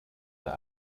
der